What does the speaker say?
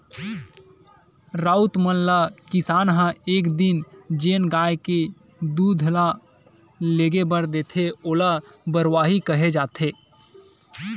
राउत मन ल किसान ह एक दिन जेन गाय के दूद ल लेगे बर देथे ओला बरवाही केहे जाथे